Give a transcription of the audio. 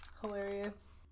Hilarious